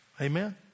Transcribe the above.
Amen